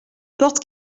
porte